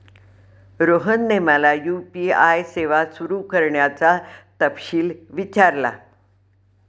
रोहनने मला यू.पी.आय सेवा सुरू करण्याचा तपशील विचारला